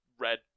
Red